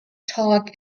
talk